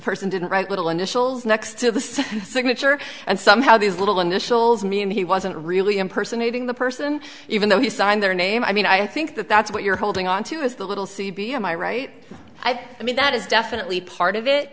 person didn't write little initials next to the signature and somehow these little initials mean he wasn't really impersonating the person even though he signed their name i mean i think that that's what you're holding onto is the little c b m i right i mean that is definitely part of it